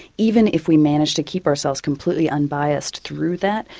even if we managed to keep ourselves completely unbiased through that,